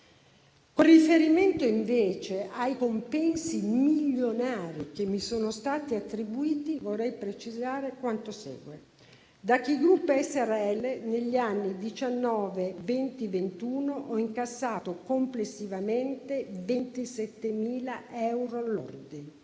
Con riferimento invece ai compensi milionari che mi sono stati attribuiti, vorrei precisare quanto segue: da Ki Group Srl negli anni 2019, 2020 e 2021 ho incassato complessivamente 27.000 euro lordi,